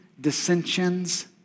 dissensions